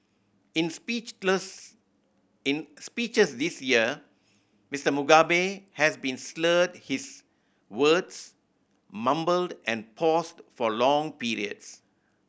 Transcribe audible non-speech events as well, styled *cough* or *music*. in speech *unintelligible* in speeches this year Mister Mugabe has been slurred his words mumbled and paused for long periods